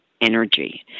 energy